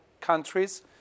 countries